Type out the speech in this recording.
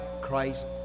Christ